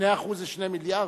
2% זה 2 מיליארד,